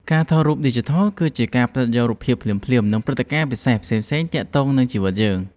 ការថតរូបឌីជីថល គឺជាការផ្ដិតយករូបភាពភ្លាមៗ និងព្រឹត្តិការណ៍ពិសេសផ្សេងៗទាក់ទងនឹងជីវិតយើង។